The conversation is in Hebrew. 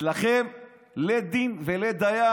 אצלכם לית דין ולית דיין.